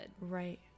Right